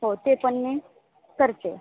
हो ते पण मी करते